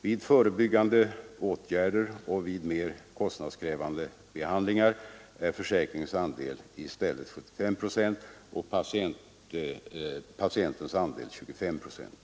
Vid förebyggande åtgärder och vid mer kostnadskrävande behandlingar är försäkringens andel i stället 75 procent och patientens andel 25 procent.